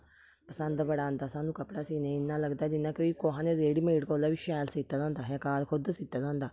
पंसद बड़ा औंदा सानूं कपड़ा सीने गी इन्ना लगदा जिन्ना कोई कुसै ने रैडीमेड कोला बी शैल सीते दा होंदा ऐ अहें घर खुद सीते दा होंदा ऐ